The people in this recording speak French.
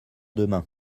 demain